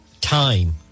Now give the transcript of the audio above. time